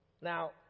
Now